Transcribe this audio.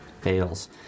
Fails